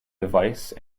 device